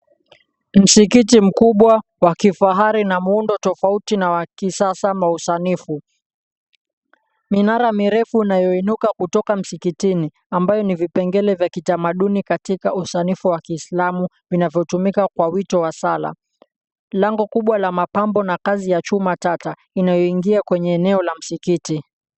Msikiti mkubwa wa kifahari, na muundo tofauti na wa kisasa na usanifu. Minara mirefu inayoinuka kutoka msikitini, ambayo ni vipengele vya kitamaduni katika usanifu wa kiislamu vinavyotumika kwa wito wa sala. Lango kubwa la mapambo na kazi ya chuma tata, inayoingia kwenye eneo la msikiti.